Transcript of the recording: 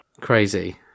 crazy